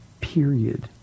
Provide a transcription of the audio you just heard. period